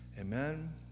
Amen